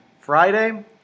Friday